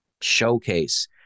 showcase